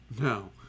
No